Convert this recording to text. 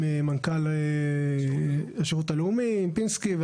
מנכ"ל השירות הלאומי, עם פינסקי.